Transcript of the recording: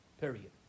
Period